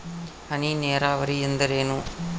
ಹನಿ ನೇರಾವರಿ ಎಂದರೇನು?